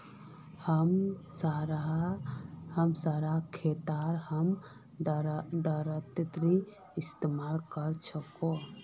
हमसार खेतत हम दरांतीर इस्तेमाल कर छेक